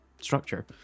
structure